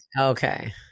okay